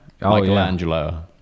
Michelangelo